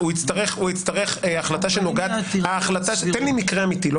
תן לי מקרה אמיתי.